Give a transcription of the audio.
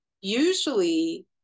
Usually